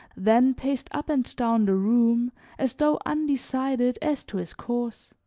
then paced up and down the room as though undecided as to his course.